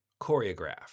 choreographed